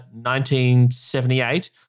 1978